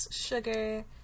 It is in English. sugar